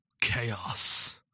Chaos